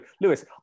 Lewis